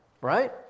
Right